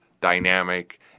dynamic